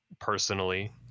personally